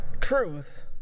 Truth